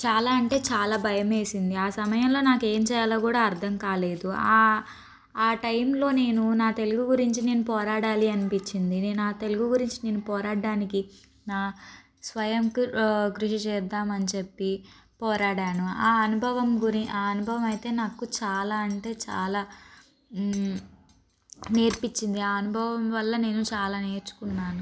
చాలా అంటే చాలా భయం వేసింది ఆ సమయంలో నాకు ఏమి చేయాలో కూడా అర్ధం కాలేదు ఆ టైంలో నేను నా తెలుగు గురించి నేను పోరాడాలి అనిపించింది నేను నా తెలుగు గురించి నేను పోరాడడానికి నా స్వయంకు కృషి చేద్దామని చెప్పి పోరాడాను ఆ అనుభవం గురి ఆ అనుభవం అయితే నాకు చాలా అంటే చాలా నేర్పించింది ఆ అనుభవం వల్ల నేను చాలా నేర్చుకున్నాను